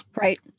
right